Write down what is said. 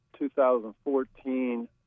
2014